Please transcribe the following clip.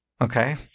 Okay